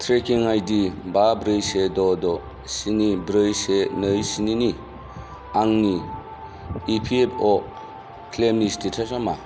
trekking I D बा ब्रै से द' द' स्नि ब्रै से नै स्नि नि आंनि इ पि एफ अ क्लेइमनि स्टेटासा मा